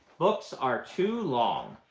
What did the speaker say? books are too long.